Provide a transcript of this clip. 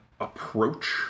approach